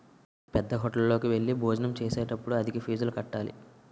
పేద్దహోటల్లోకి వెళ్లి భోజనం చేసేటప్పుడు అధిక ఫీజులు కట్టాలి